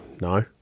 No